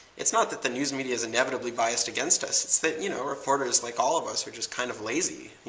it's not that the news media is inevitably biased against us. it's that, you know, reporters like all of us are just kind of lazy.